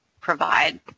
provide